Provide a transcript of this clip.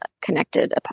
connected